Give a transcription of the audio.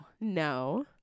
No